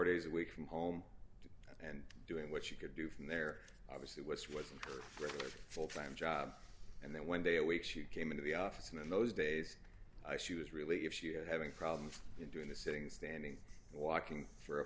days a week from home and doing what she could do from there obviously what's wasn't a full time job and then one day a week she came into the office and in those days i she was really if she had having problems doing the sitting standing walking for a